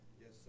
Yes